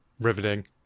riveting